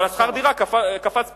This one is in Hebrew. אבל שכר הדירה קפץ פי-שניים.